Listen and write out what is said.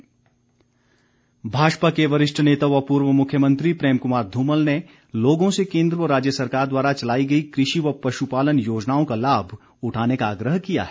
धुमल भाजपा के वरिष्ठ नेता व पूर्व मुख्यमंत्री प्रेम कुमार धूमल ने लोगों से केन्द्र व राज्य सरकार द्वारा चलाई गई कृषि व पश्पालन योजनाओं का लाभ उठाने का आग्रह किया है